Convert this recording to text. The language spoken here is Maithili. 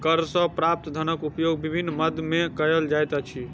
कर सॅ प्राप्त धनक उपयोग विभिन्न मद मे कयल जाइत अछि